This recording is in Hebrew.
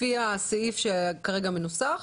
לפי הסעיף שכרגע מנוסח,